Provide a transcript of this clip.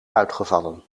uitgevallen